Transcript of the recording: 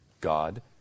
God